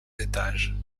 étages